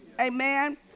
Amen